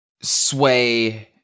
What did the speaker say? sway